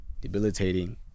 Debilitating